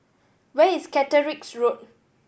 where is Caterick's Road